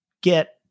get